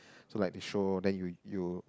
so like the show then you you